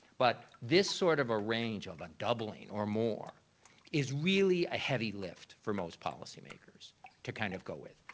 but this sort of a range of a double i mean or more is really a heavy lift for most policy makers to kind of go with.